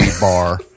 bar